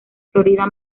florida